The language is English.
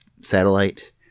Satellite